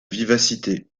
vivacité